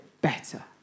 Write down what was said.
better